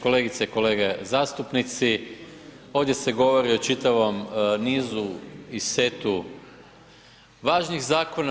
Kolegice i kolege zastupnici, ovdje se govori o čitavom nizu i setu važnih zakona.